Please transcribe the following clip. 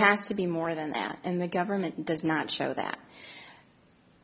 has to be more than that and the government does not show that